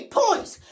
points